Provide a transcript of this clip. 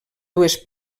dues